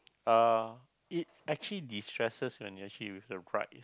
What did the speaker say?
uh it actually destresses when you actually with the right